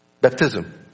Baptism